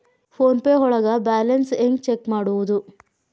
Phone pay ಒಳಗ balance ಹೆಂಗ್ check ಮಾಡುವುದು?